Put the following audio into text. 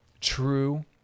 true